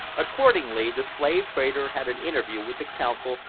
accordingly, the slave-dealer had an interview with the consul,